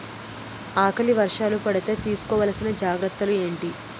ఆకలి వర్షాలు పడితే తీస్కో వలసిన జాగ్రత్తలు ఏంటి?